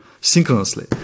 synchronously